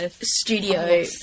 studio